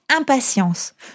impatience